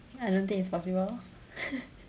I don't think it's possible